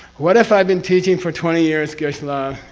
what if i've been teaching for twenty years geshela,